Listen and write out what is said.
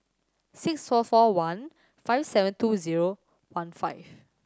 six four four one five seven two zero one five